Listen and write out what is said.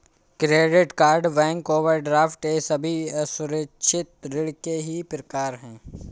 credit card bank overdraft ये सभी असुरक्षित ऋण के ही प्रकार है